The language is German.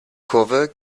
kurve